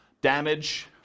Damage